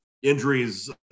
injuries